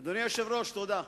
אדוני היושב-ראש, תודה.